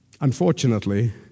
Unfortunately